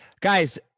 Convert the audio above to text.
Guys